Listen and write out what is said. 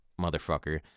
motherfucker